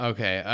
Okay